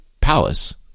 palace